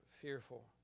fearful